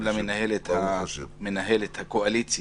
גם למנהלת הקואליציה,